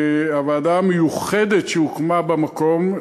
הוועדה המיוחדת שהוקמה במקום,